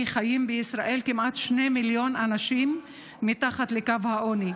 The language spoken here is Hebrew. חיים בישראל כמעט שני מיליון אנשים מתחת לקו העוני.